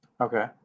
Okay